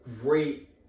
great